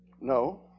No